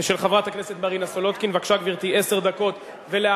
אני קובע שהצעת חוק הביטוח הלאומי (תיקון,